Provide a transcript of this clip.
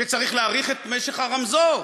שצריך להאריך את משך הרמזור.